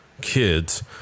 kids